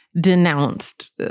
denounced